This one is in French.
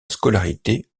scolarité